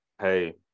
hey